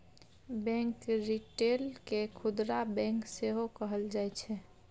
bank retail केँ खुदरा bank सेहो कहल जाइ छै